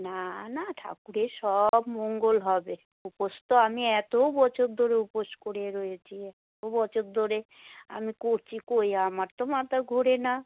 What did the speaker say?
না না ঠাকুরের সব মঙ্গল হবে উপোস তো আমি এতো বছর ধরে উপোস করে রয়েছি এতো বছর ধরে আমি করছি কই আমার তো মাথা ঘোরে না